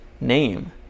name